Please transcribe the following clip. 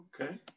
Okay